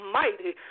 mighty